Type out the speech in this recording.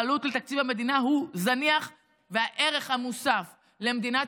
העלות לתקציב המדינה זניחה והערך המוסף למדינת